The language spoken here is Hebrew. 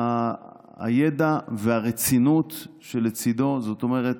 הידע והרצינות שלצידו, זאת אומרת,